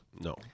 No